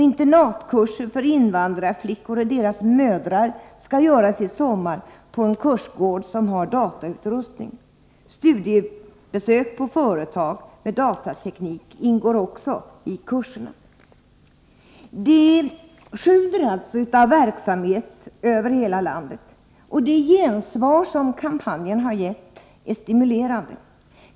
Internatkurser för invandrarflickor och deras mödrar skall ordnas i sommar på en kursgård som har datautrustning. Studiebesök på företag med datateknik ingår i kurserna. Det sjuder alltså av verksamhet över hela landet. Det gensvar som kampanjen har gett är stimulerande.